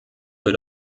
für